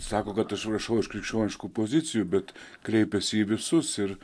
sako kad aš rašau iš krikščioniškų pozicijų bet kreipiasi į visus ir